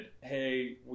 Hey